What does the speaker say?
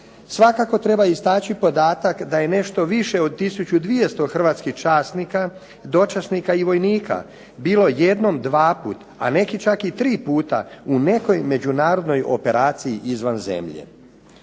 Svakako treba istaći podatak da je nešto više od tisuću 200 hrvatskih časnika, dočasnika i vojnika bilo jednom, dvaput, a neki čak i triput u nekoj međunarodnoj operaciji izvan zemlje.